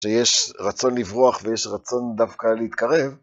שיש רצון לברוח ויש רצון דווקא להתקרב.